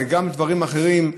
וגם דברים אחרים,